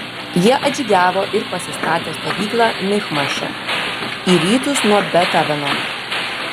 jie atžygiavo ir pasistatė stovyklą michmaše į rytus nuo bet aveno